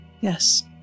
Yes